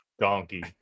donkey